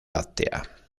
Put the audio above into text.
láctea